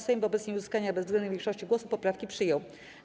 Sejm wobec nieuzyskania bezwzględnej większości głosów poprawki przyjął.